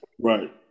Right